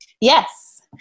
Yes